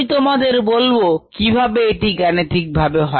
আমি তোমাদের বলবো কিভাবে এটি গাণিতিকভাবে হয়